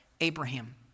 Abraham